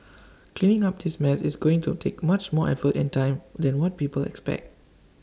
cleaning up this mess is going to take much more effort and time than what people expect